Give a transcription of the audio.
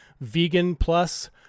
vegan-plus